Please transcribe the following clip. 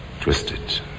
Twisted